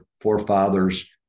forefathers